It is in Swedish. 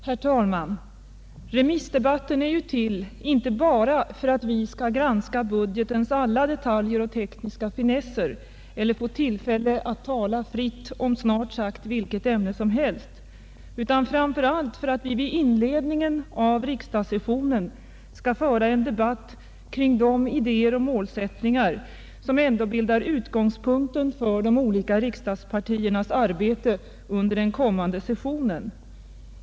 Herr talman! Remissdebatten är ju till, inte bara för att vi skall granska budgetens alla detaljer och tekniska finesser eller få tillfälle att tala fritt om snart sagt vilket ämne som helst, utan framför allt för att vi vid inledningen av en riksdagssession skall föra en debatt kring de idéer och malsättningar som ändå bildar utgängspunkten för de olika Allmänpolitisk debatt Allmänpolitisk debatt riksdagspartiernas arbete under den kommande sessionen.